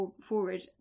forward